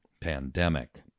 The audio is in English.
pandemic